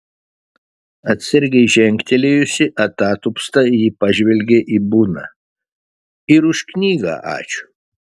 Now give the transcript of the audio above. atsargiai žengtelėjusi atatupsta ji pažvelgė į buną ir už knygą ačiū